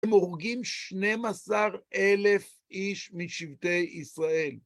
הם הורגים 12 אלף איש משבטי ישראל.